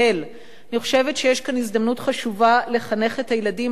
אני חושבת שיש כאן הזדמנות חשובה לחנך את הילדים לאחריות,